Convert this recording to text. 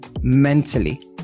mentally